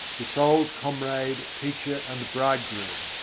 the soul's comrade, teacher, and bridegroom,